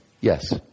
yes